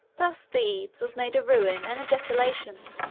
thus thebes was made a ruin and a desolation,